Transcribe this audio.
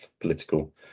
political